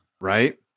Right